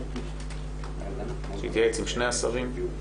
שיתייעץ עם שני השרים.